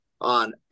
on